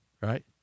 right